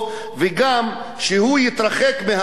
וגם שהוא יתרחק מהאלימות.